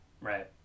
Right